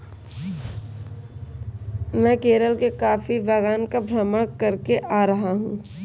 मैं केरल के कॉफी बागान का भ्रमण करके आ रहा हूं